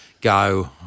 go